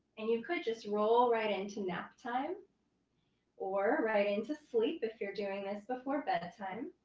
and you could just roll right into naptime or right into sleep if you're doing this before bedtime.